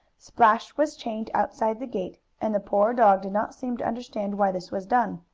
splash was chained outside the gate, and the poor dog did not seem to understand why this was done.